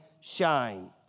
shine